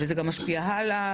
וזה גם משפיע הלאה.